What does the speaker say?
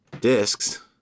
discs